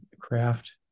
craft